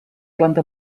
planta